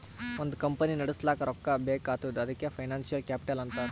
ಒಂದ್ ಕಂಪನಿ ನಡುಸ್ಲಾಕ್ ರೊಕ್ಕಾ ಬೇಕ್ ಆತ್ತುದ್ ಅದಕೆ ಫೈನಾನ್ಸಿಯಲ್ ಕ್ಯಾಪಿಟಲ್ ಅಂತಾರ್